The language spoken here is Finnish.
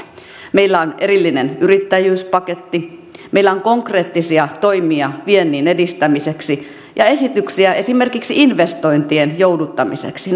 meillä on erillinen yrittäjyyspaketti meillä on konkreettisia toimia viennin edistämiseksi ja esityksiä esimerkiksi investointien jouduttamiseksi